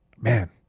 Man